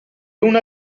una